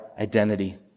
Identity